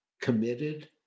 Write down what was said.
committed